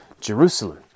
Jerusalem